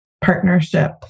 partnership